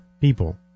people